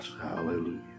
Hallelujah